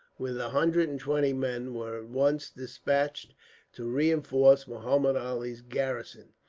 with a hundred and twenty men, were at once despatched to reinforce muhammud ali's garrison.